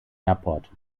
airport